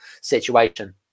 situation